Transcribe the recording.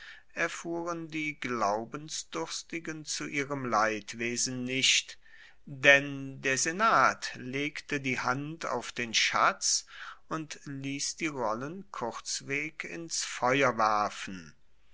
erfuhren die glaubensdurstigen zu ihrem leidwesen nicht denn der senat legte die hand auf den schatz und liess die rollen kurzweg ins feuer werfen